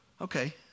Okay